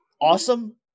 awesome